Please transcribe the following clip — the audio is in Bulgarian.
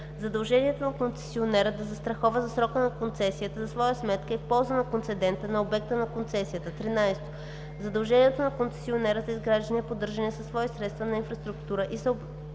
задължението на концесионера да застрахова за срока на концесията за своя сметка и в полза на концедента на обекта на концесията; 13. задълженията на концесионера за изграждане и поддържане със свои средства на инфраструктура и съоръжения